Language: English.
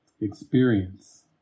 experience